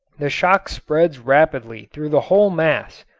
the shock spreads rapidly through the whole mass.